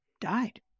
died